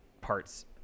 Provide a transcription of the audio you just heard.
parts